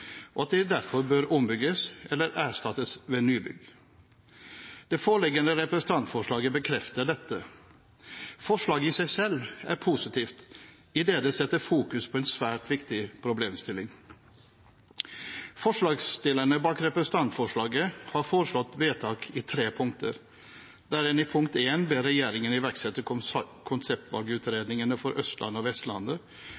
og at de derfor bør bygges om eller erstattes med nybygg. Det foreliggende representantforslaget bekrefter dette. Forslaget i seg selv er positivt, idet det setter fokus på en svært viktig problemstilling. Forslagsstillerne bak representantforslaget har foreslått vedtak i tre punkter, der en i punkt 1 ber regjeringen iverksette